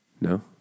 no